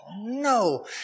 no